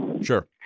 Sure